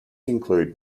include